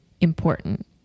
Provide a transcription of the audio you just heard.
important